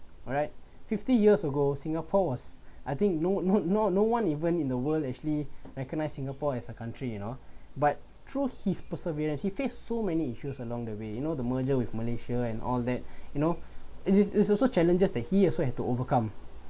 alright fifty years ago singapore was I think no no not no one even in the world actually recognised singapore as a country you know but through his perseverance he face so many issues along the way you know the merger with malaysia and all that you know it's is it's also challenges that he also to overcome